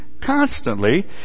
constantly